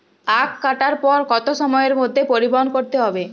আখ কাটার পর কত সময়ের মধ্যে পরিবহন করতে হবে?